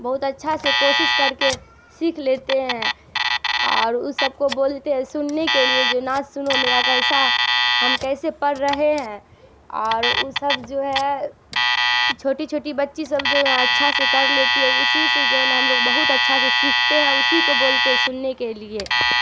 بہت اچھا سے کوشش کر کے سیکھ لیتے ہیں اور اس سب کو بولتے ہیں سننے کے لیے جو نعت سنو میرا کیسا ہم کیسے پڑھ رہے ہیں اور اس سب جو ہے چھوٹی چھوٹی بچی سب جو ہے اچھا سے کر لیتی ہے اسی سے جو ہے نا ہم لوگ بہت اچھا سے سیکھتے ہیں اسی کو بولتے سننے کے لیے